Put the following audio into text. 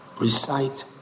recite